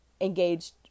engaged